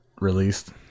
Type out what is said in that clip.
released